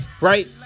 right